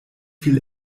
viel